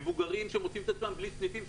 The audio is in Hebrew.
מבוגרים שמוצאים את עצמם בלי סניפים,